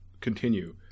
continue